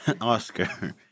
Oscar